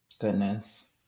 Goodness